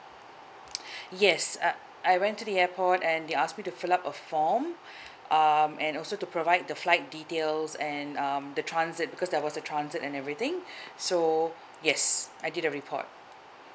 yes I I went to the airport and they asked me to fill up a form um and also to provide the flight details and um the transit because there was a transit and everything so yes I did a report